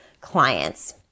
clients